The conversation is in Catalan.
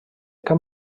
cap